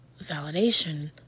validation